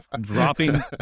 dropping